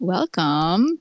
Welcome